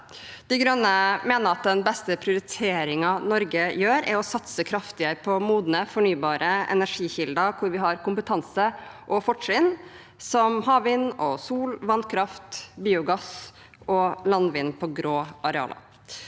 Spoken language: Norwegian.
De Grønne mener at den beste prioriteringen Norge gjør, er å satse kraftigere på modne fornybare energikilder, hvor vi har kompetanse og fortrinn, som havvind og sol, vannkraft, biogass og landvind på grå arealer,